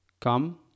come